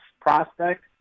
prospect